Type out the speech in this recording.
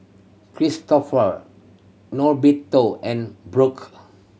Cristofer Norberto and